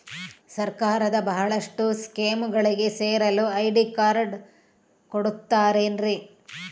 ಸರ್ಕಾರದ ಬಹಳಷ್ಟು ಸ್ಕೇಮುಗಳಿಗೆ ಸೇರಲು ಐ.ಡಿ ಕಾರ್ಡ್ ಕೊಡುತ್ತಾರೇನ್ರಿ?